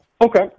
Okay